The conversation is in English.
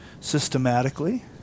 systematically